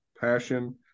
passion